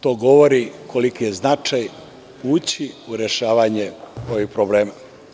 To govori koliki je značaj ući u rešavanje ovih problema.